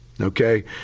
okay